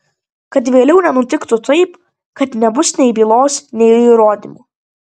kad vėliau nenutiktų taip kad nebus nei bylos nei įrodymų